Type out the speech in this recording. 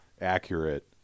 accurate